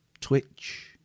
Twitch